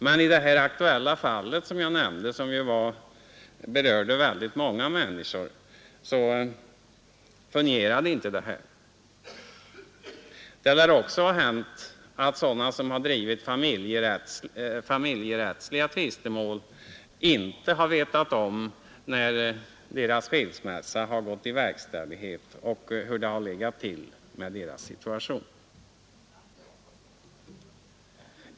Men i det aktuella fall som jag nämnt, vilket berörde väldigt många människor, fungerade inte detta. Det lär också ha hänt att sådana som drivit familjerättsliga tvistemål inte har vetat om när deras skilsmässa gått i verkställighet och hurudan deras situation har varit.